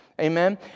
Amen